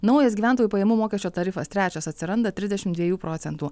naujas gyventojų pajamų mokesčio tarifas trečias atsiranda trisdešim dviejų procentų